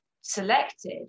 selected